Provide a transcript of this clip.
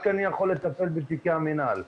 רק אני יכול לטפל בתיקי המינהל.